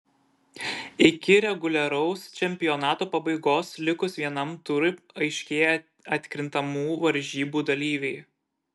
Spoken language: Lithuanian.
iki reguliaraus čempionato pabaigos likus vienam turui aiškėja atkrintamų varžybų dalyviai